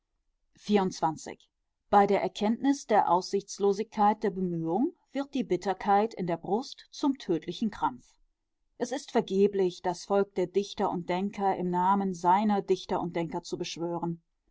bei der erkenntnis der aussichtslosigkeit der bemühung wird die bitterkeit in der brust zum tödlichen krampf es ist vergeblich das volk der dichter und denker im namen seiner dichter und denker zu beschwören